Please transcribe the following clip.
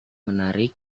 menarik